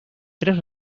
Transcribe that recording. tres